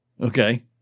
Okay